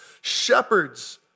Shepherds